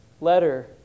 letter